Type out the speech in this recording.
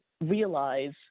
realize